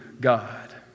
God